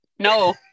No